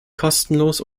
kostenlos